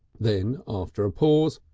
then after a pause,